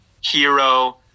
Hero